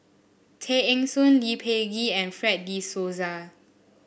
Tay Eng Soon Lee Peh Gee and Fred De Souza